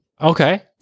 Okay